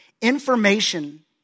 Information